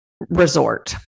resort